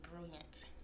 brilliant